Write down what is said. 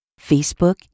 Facebook